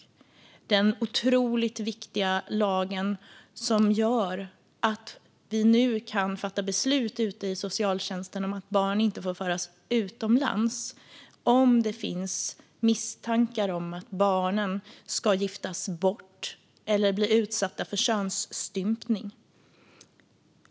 Vi har nu den otroligt viktiga lagen som gör att man kan fatta beslut ute i socialtjänsten om att barn inte får föras utomlands om det finns misstankar om att barnen ska giftas bort eller bli utsatta för könsstympning.